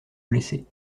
blessés